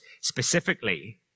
Specifically